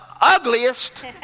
ugliest